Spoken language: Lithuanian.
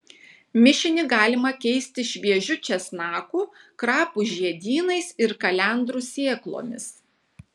mišinį galima keisti šviežiu česnaku krapų žiedynais ir kalendrų sėklomis